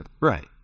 Right